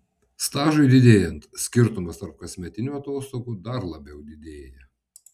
stažui didėjant skirtumas tarp kasmetinių atostogų dar labiau didėja